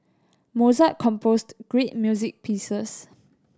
Mozart composed great music pieces